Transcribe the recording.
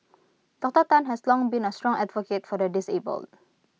Doctor Tan has long been A strong advocate for the disabled